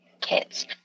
kids